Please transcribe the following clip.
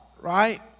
right